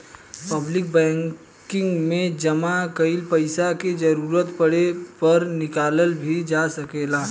public banking में जामा कईल पइसा के जरूरत पड़े पर निकालल भी जा सकेला